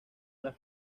las